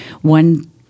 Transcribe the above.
one